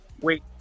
wait